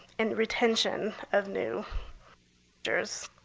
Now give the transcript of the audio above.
and retention of new teachers